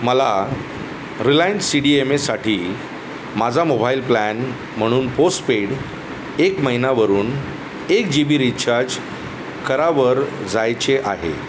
मला Reliance C D M एसाठी माझा मोबाईल प्लॅन म्हणून पोस्टपेड एक महिनावरून एक जी बी रीचार्ज करा वर जायचे आहे